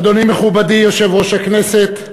אדוני מכובדי יושב-ראש הכנסת,